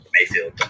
Mayfield